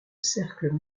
cercle